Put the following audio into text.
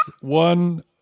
One